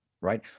Right